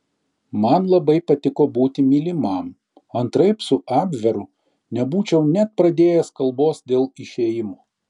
man labai patiko būti mylimam antraip su abveru nebūčiau net pradėjęs kalbos dėl išėjimo